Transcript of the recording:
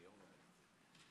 היום ד' בטבת תשע"ט,